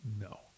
no